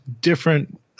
different